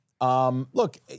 Look